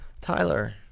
Tyler